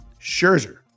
Scherzer